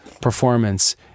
performance